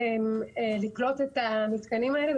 לקלוט את המתקנים האלה,